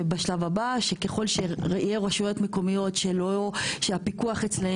בשלב הבא שככל שיהיו רשויות מקומיות שהפיקוח אצלן